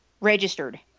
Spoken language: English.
registered